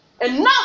Enough